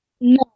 no